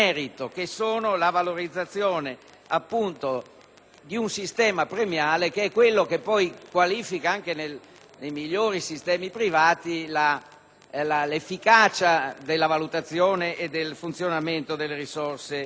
di un sistema premiale che è quello che poi qualifica nei migliori sistemi privati l'efficacia della valutazione e del funzionamento delle risorse umane.